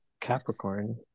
capricorn